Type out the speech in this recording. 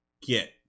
get